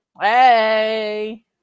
Hey